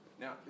Now